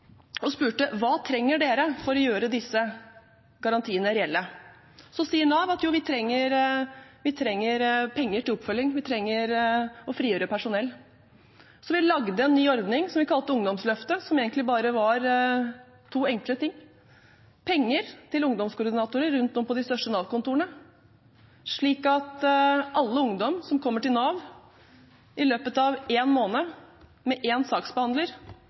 og spurte: Hva trenger dere for å gjøre disse garantiene reelle? Da sier Nav: Jo, vi trenger penger til oppfølging, vi trenger å frigjøre personell. Vi lagde en ny ordning som vi kalte ungdomsløftet, som egentlig bare var to enkle ting: penger til ungdomskoordinatorer på de største Nav-kontorene, slik at alle ungdommer som kommer til Nav, i løpet av én måned med én saksbehandler,